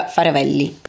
Farevelli